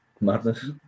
Madness